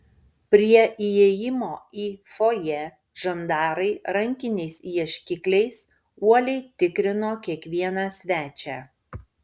prie įėjimo į fojė žandarai rankiniais ieškikliais uoliai tikrino kiekvieną svečią